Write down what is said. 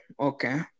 Okay